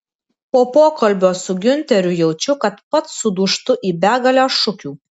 po pokalbio su giunteriu jaučiu kad pats sudūžtu į begalę šukių